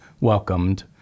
welcomed